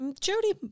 Jody